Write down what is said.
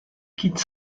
quitte